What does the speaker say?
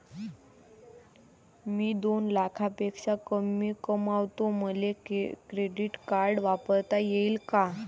मी दोन लाखापेक्षा कमी कमावतो, मले क्रेडिट कार्ड वापरता येईन का?